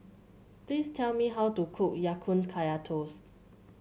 please tell me how to cook Ya Kun Kaya Toast